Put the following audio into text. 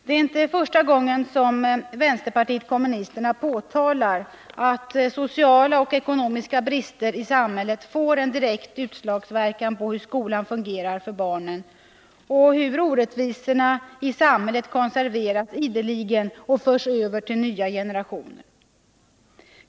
Det är inte första gången som vänsterpartiet kommunisterna påtalar att sociala och ekonomiska brister i samhället får en direkt utslagsverkan på hur skolan fungerar för barnen och hur orättvisorna i samhället konserveras ideligen och förs över till nya generationer.